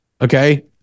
Okay